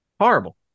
horrible